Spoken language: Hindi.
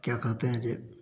क्या कहते हैं यह